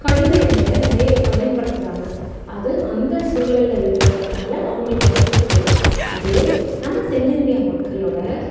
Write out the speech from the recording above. கடுகு எண்ணெயை நிறைய பயன்படுத்துறாங்க அது அந்த சூழல்ல இருக்கிறதுனால அவங்களுக்கு அது ஒத்துக்குது அதே நம்ம தென்னிந்தியா மக்களோடய